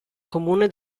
comune